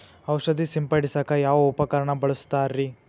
ಔಷಧಿ ಸಿಂಪಡಿಸಕ ಯಾವ ಉಪಕರಣ ಬಳಸುತ್ತಾರಿ?